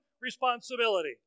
responsibility